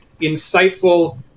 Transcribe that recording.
insightful